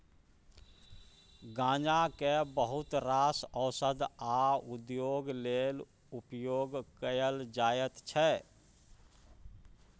गांजा केँ बहुत रास ओषध आ उद्योग लेल उपयोग कएल जाइत छै